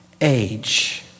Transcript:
age